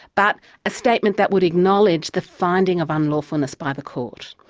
but a statement that would acknowledge the finding of unlawfulness by the court.